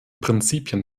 prinzipien